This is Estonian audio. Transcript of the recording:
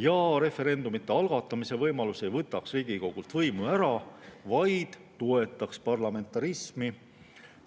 Ja referendumite algatamise võimalus ei võtaks Riigikogult võimu ära, vaid toetaks parlamentarismi,